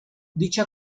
dicha